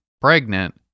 pregnant